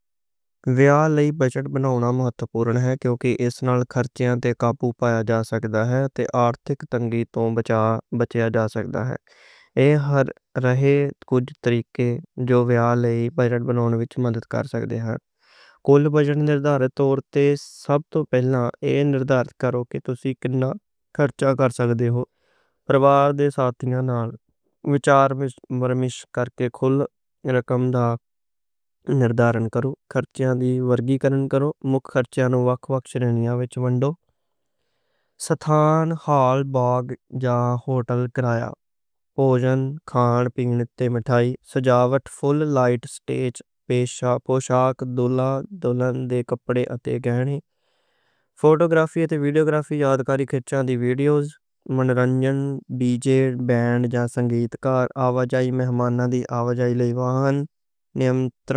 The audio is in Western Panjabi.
جی اوّلوں پہلاں پورن ہے کہ اوہ کی ایس نال کر کے تے کپوا جا دس سکے۔ پھر لسٹ تے بھی شاپنگ اے، دولا دولن تے کھپیاں تک کہنی، فوٹوگرافی تے گراس سائٹ، ایک دن دی بلز، منیجمنٹ بھی اے، بجٹ انگلی وے بیگننگ، پلیننگ تے سٹیٹ بھی۔ شاپنگ شیڈول، کپڑے، فوٹوگرافی تے گراس سائٹ کا ایک دن دی بلز، منیجمنٹ بھی اے، بجٹ انگلش وے بیگننگ تے پلیننگ تے لکھانیں۔